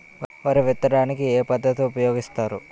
వరి విత్తడానికి ఏ పద్ధతిని ఉపయోగిస్తారు?